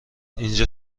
اینجا